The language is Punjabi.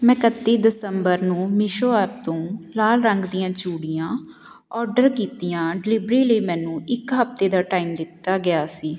ਮੈਂ ਇਕੱਤੀ ਦਸੰਬਰ ਨੂੰ ਮੀਸ਼ੋ ਐਪ ਤੋਂ ਲਾਲ ਰੰਗ ਦੀਆਂ ਚੂੜੀਆਂ ਔਡਰ ਕੀਤੀਆਂ ਡਿਲੀਵਰੀ ਲਈ ਮੈਨੂੰ ਇੱਕ ਹਫ਼ਤੇ ਦਾ ਟਾਈਮ ਦਿੱਤਾ ਗਿਆ ਸੀ